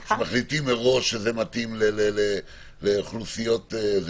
לפי מה מחליטים מראש שזה מתאים לאוכלוסיות מסוימות?